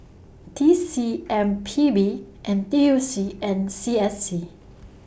T C M P B N T U C and C S C